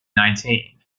nineteen